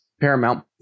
Paramount